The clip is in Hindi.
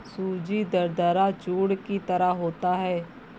सूजी दरदरा चूर्ण की तरह होता है